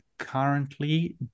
Currently